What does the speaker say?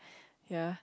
ya